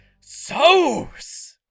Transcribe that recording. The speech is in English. sauce